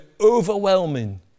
overwhelming